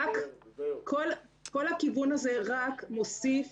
כל הכיוון הזה רק מוסיף